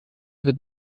wird